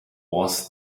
was